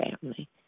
family